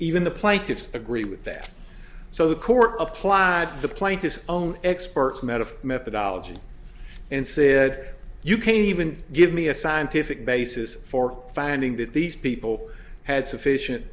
even the plaintiffs agree with that so the court applied the plaintiff's own experts met of methodology and said you can't even give me a scientific basis for finding that these people had sufficient